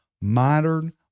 Modern